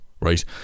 right